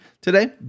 today